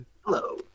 Hello